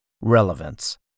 relevance